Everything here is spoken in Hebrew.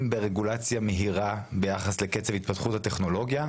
ברגולציה מהירה ביחס לקצב התפתחות הטכנולוגיה.